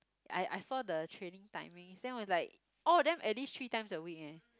I I saw the training timings then it was like all of them at least three times a week eh